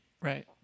Right